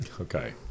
Okay